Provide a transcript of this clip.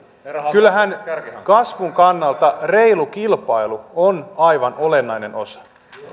kyllähän kasvun kannalta reilu kilpailu on aivan olennainen osa